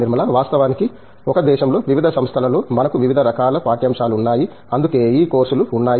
నిర్మలా వాస్తవానికి ఒక దేశంలోని వివిధ సంస్థల లో మనకు వివిధ రకాల పాఠ్యాంశాలు ఉన్నాయి అందుకే ఈ కోర్సులు ఉన్నాయి